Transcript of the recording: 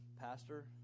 pastor